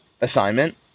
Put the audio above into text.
assignment